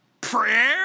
prayer